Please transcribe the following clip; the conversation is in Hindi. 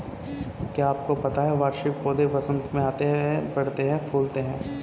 क्या आपको पता है वार्षिक पौधे वसंत में आते हैं, बढ़ते हैं, फूलते हैं?